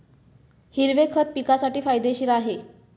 हिरवे खत पिकासाठी फायदेशीर आहे